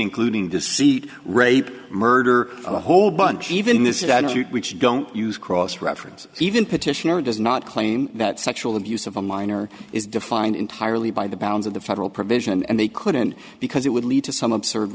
including deceit rape murder a whole bunch even this is that you don't use cross reference even petitioner does not claim that sexual abuse of a minor is defined entirely by the bounds of the federal provision and they couldn't because it would lead to some absurd